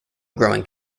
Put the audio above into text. growing